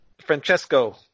Francesco